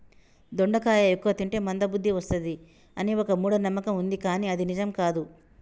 దొండకాయ ఎక్కువ తింటే మంద బుద్ది వస్తది అని ఒక మూఢ నమ్మకం వుంది కానీ అది నిజం కాదు